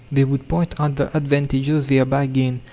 they would point out the advantages thereby gained,